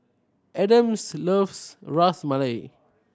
Adams loves Ras Malai